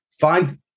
find